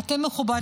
לא,